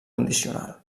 condicional